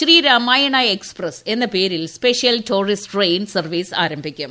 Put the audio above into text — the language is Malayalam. ശ്രീ രാമായണ എക്സ്പ്രസ്സ് എന്ന പേരിൽ സ്പെഷ്യൽ ടൂറിസ്റ്റ് ട്രെയിൻ സർവ്വീസ് ആരംഭിക്കും